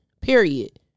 period